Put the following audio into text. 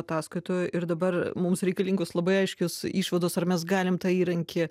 ataskaitoje ir dabar mums reikalingos labai aiškios išvados ar mes galim tą įrankį